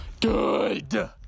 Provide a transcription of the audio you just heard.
good